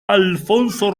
alfonso